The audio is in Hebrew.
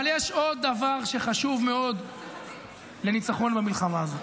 אבל יש עוד דבר שחשוב מאוד לניצחון במלחמה הזאת,